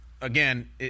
again